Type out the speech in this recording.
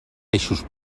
eixos